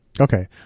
Okay